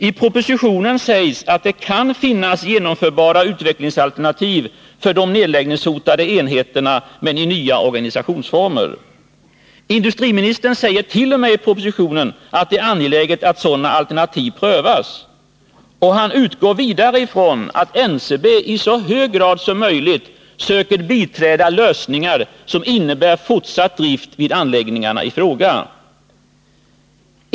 I propositionen sägs att det kan finnas genomförbara utvecklingsalternativ för de nedläggningshotade enheterna, men i nya organisationsformer. Industriministern säger t.o.m. i propositionen att det är angeläget att sådana alternativ prövas. Han utgår vidare ifrån att NCB i så hög grad som möjligt söker biträda lösningar som innebär fortsatt drift vid anläggningarna i fråga.